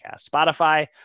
Spotify